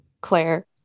Claire